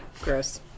gross